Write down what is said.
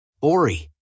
Ori